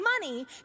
money